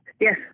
Yes